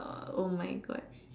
oh my God